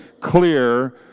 clear